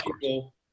people